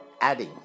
adding